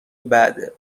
بعده